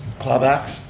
claw-backs.